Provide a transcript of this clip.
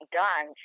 done